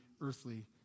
earthly